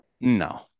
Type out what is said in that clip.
No